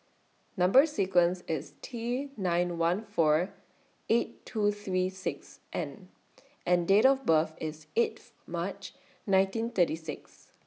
Number sequence IS T nine one four eight two three six N and Date of birth IS eighth March nineteen thirty six